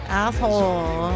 asshole